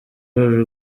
uru